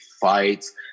fights